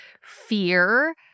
fear